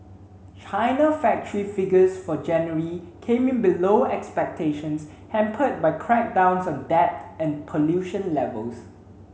china factory figures for January came in below expectations hampered by crackdowns on debt and pollution levels